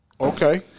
Okay